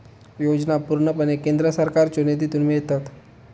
योजना पूर्णपणे केंद्र सरकारच्यो निधीतून मिळतत